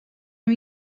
new